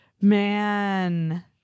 Man